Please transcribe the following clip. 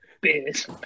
beers